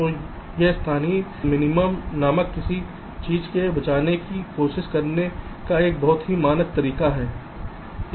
तो यह स्थानीय मिनिमा नामक किसी चीज़ से बचने की कोशिश करने का एक बहुत ही मानक तरीका है